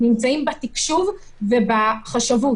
נמצאים בתקשוב ובחשבות.